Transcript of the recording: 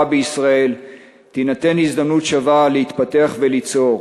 בישראל תינתן הזדמנות שווה להתפתח וליצור.